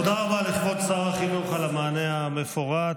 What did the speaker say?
תודה רבה לכבוד שר החינוך על המענה המפורט.